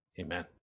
Amen